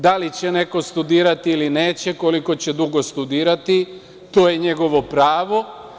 Da li će neko studirati ili neće, koliko će dugo studirati, to je njegovo pravo.